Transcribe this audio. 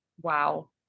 Wow